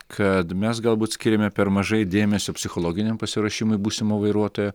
kad mes galbūt skiriame per mažai dėmesio psichologiniam pasiruošimui būsimo vairuotojo